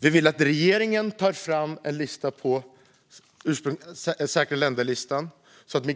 Vi vill att regeringen tar fram en lista på säkra länder så att